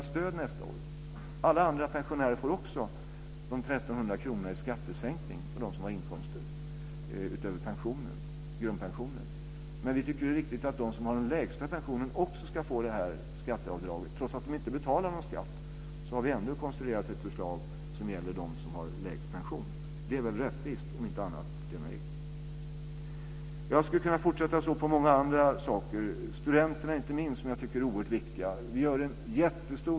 Alla andra pensionärer får också de 1 300 kronorna i skattesänkning, och de som har inkomster utöver grundpensionen. Men vi tycker att det är viktigt att de som har den lägsta pensionen också ska få det här skatteavdraget. Trots att de inte betalar någon skatt har vi ändå konstruerat ett förslag som gäller dem som har lägst pension. Det är väl rättvist, om inte annat, Lena Ek. Jag skulle kunna fortsätta med många andra saker, inte minst studenterna som jag tycker är oerhört viktiga.